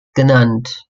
genannt